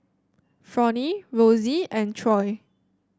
Fronnie Rosey and Troy